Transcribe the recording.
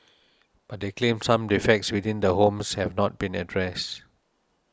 but they claimed some defects within the homes have not been addressed